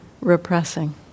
repressing